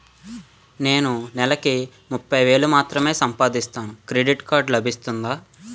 నేను నెల కి ముప్పై వేలు మాత్రమే సంపాదిస్తాను క్రెడిట్ కార్డ్ లభిస్తుందా?